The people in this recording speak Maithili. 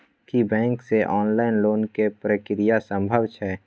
की बैंक से ऑनलाइन लोन के प्रक्रिया संभव छै?